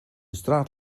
straat